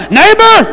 neighbor